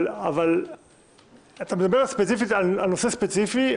אבל אתה מדבר ספציפית על נושא ספציפי,